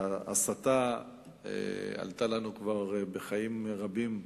ההסתה כבר עלתה לנו בחיים רבים.